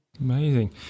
Amazing